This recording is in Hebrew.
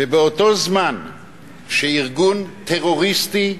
ובאותו זמן שארגון טרוריסטי,